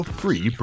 free